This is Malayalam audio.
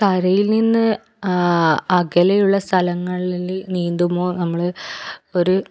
കരയിൽ നിന്ന് അകലെയുള്ള സ്ഥലങ്ങളില് നീന്തുമ്പോള് നമ്മള് ഒരു